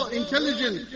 intelligent